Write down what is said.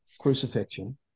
crucifixion